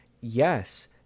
yes